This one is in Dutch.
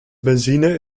benzine